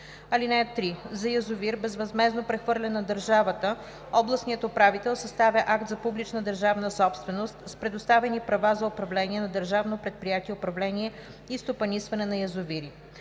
(3) За язовир, безвъзмездно прехвърлен на държавата, областният управител съставя акт за публична държавна собственост с предоставени права за управление на Държавно предприятие